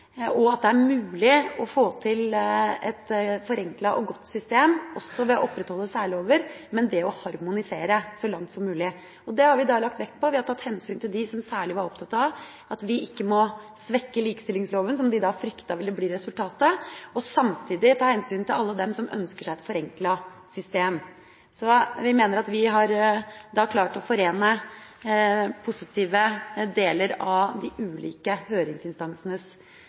og at det er mulig å få til et forenklet og godt system også ved å opprettholde særlover, men ved å harmonisere så langt som mulig. Og det har vi lagt vekt på; vi har tatt hensyn til dem som var særlig opptatt av at vi ikke må svekke likestillingsloven – som de fryktet ville bli resultatet – og samtidig ta hensyn til alle dem som ønsker seg et forenklet system. Vi mener at vi har klart å forene positive deler av de ulike høringsinstansenes